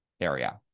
area